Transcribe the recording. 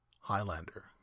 Highlander